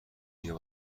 بیا